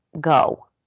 go